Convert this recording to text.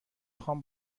خوام